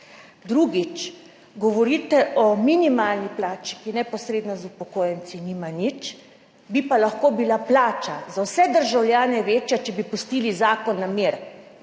Drugič, govorite o minimalni plači, ki z upokojenci neposredno nima nič, bi pa lahko bila plača za vse državljane večja, če bi pustili zakon na miru,